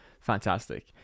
fantastic